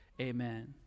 Amen